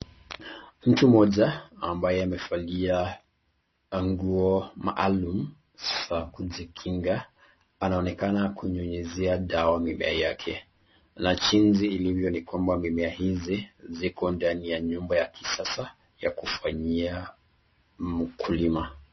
Mtu mmoja ambaye amevalia nguo maalum za kujikinga anaonekana kunyunyuzia dawa mimea yake na jinsi ilivyo ni kama mimea hizi ziko ndani ya nyumba ya kisasa ya kufanyia mkulima.